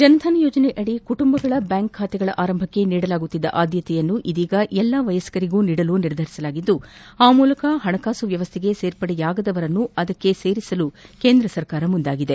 ಜನ್ಧನ್ ಯೋಜನೆಯದಿ ಕುಟುಂಬಗಳ ಬ್ಯಾಂಕ್ ಖಾತೆಗಳ ಆರಂಭಕ್ಕೆ ನೀಡುತ್ತಿದ್ದ ಆದ್ಯತೆಯನ್ನು ಇದೀಗ ಎಲ್ಲ ವಯಸ್ಕರಿಗೆ ನೀಡಲು ನಿರ್ಧರಿಸಲಾಗಿದ್ದು ಅ ಮೂಲಕ ಹಣಕಾಸು ವ್ಯವಸ್ಥೆಗೆ ಸೇರ್ಪಡೆಯಾಗದವರನ್ನು ಅದರೊಳಗೆ ಸೇರಿಸಲು ಕೇಂದ್ರ ಸರ್ಕಾರ ಮುಂದಾಗಿದೆ